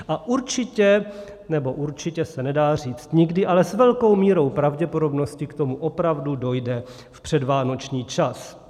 A určitě nebo určitě se nedá říct nikdy, ale s velkou mírou pravděpodobnosti k tomu opravdu dojde v předvánoční čas.